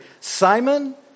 Simon